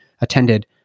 attended